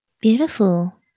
Beautiful